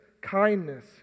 kindness